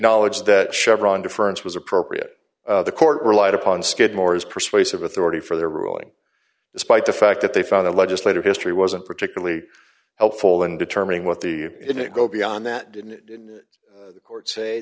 acknowledged that chevron difference was appropriate the court relied upon skidmore's persuasive authority for their ruling despite the fact that they found a legislative history wasn't particularly helpful in determining what the it go beyond that didn't the court say